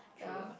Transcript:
ya